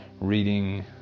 reading